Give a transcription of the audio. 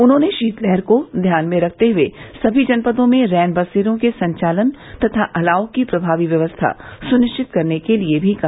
उन्होंने शीतलहर को ध्यान में रखते हुए सभी जनपदों में रैन बसेरों के संचालन तथा अलाव की प्रभावी व्यवस्था सुनिश्चित करने के लिये भी कहा